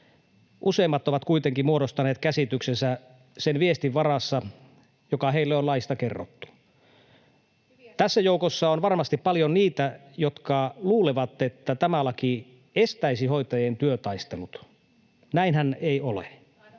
Useimmat ovat kuitenkin muodostaneet käsityksensä sen viestin varassa, joka heille on laista kerrottu. Tässä joukossa on varmasti paljon niitä, jotka luulevat, että tämä laki estäisi hoitajien työtaistelut. [Sanna